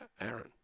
Aaron